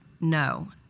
no